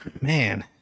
Man